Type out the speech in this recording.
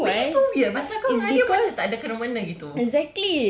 she's so weird because pasal kau dengan dia macam tak ada kena mengena gitu